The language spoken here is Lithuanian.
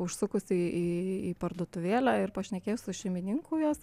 užsukus į parduotuvėlę ir pašnekėjus su šeimininku jos